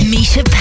Misha